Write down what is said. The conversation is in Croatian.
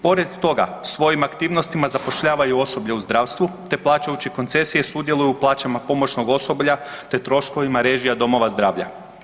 Pored toga, svojim aktivnostima zapošljavaju osobe u zdravstvu te plaćajući koncesije sudjeluju u plaćama pomoćnog osoblja te troškovima režija domova zdravlja.